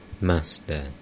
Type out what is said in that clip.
Master